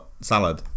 salad